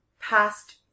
past